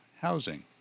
housing